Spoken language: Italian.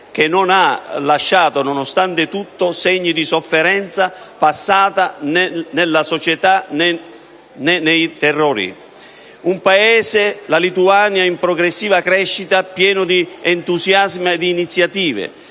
che, nonostante tutto, non ha lasciato segni della sofferenza passata nella società e nei territori. Un paese, la Lituania, in progressiva crescita, pieno di entusiasmi e di iniziative,